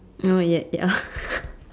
not yet ya